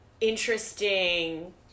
interesting